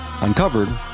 Uncovered